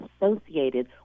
associated